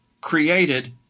created